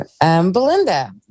Belinda